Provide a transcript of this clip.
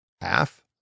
half